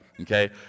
okay